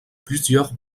plusieurs